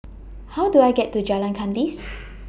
How Do I get to Jalan Kandis